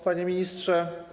Panie Ministrze!